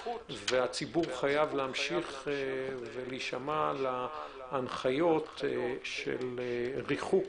והציבור חייב להמשיך ולהישמע להנחיות של ריחוק